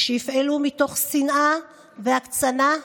כשיפעלו מתוך שנאה והקצנה,